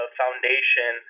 foundation